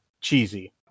cheesy